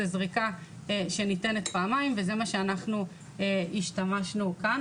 זו זריקה שניתנת פעמיים וזה מה שאנחנו השתמשנו כאן.